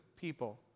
people